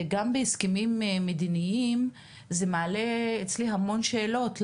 גם בהסכמים מדיניים, זה מעלה אצלי המון שאלות.